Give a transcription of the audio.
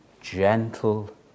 gentle